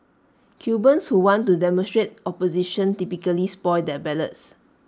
cubans who want to demonstrate opposition typically spoil their ballots